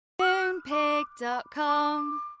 Moonpig.com